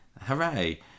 hooray